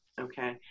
okay